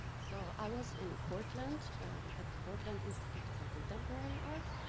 so i was in portland at the portland institute for contemporary art.